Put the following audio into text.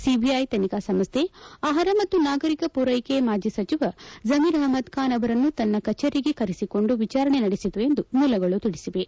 CBI ತನಿಖಾ ಸಂಸ್ಹೆ ಆಹಾರ ಮತ್ತು ನಾಗರಿಕ ಪೂರ್ನೆಕೆ ಮಾಜಿ ಸಚಿವ ಜಮೀರ್ ಆಹ್ನದ್ ಖಾನ್ ಅವರನ್ನು ತನ್ನ ಕಚೇರಿಗೆ ಕರೆಸಿಕೊಂಡು ವಿಚಾರಣೆ ನಡೆಸಿತು ಎಂದು ಮೂಲಗಳು ತಿಳಿಸಿವೆ